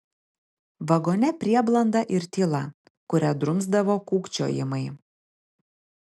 vagone prieblanda ir tyla kurią drumsdavo kūkčiojimai